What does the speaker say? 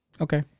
okay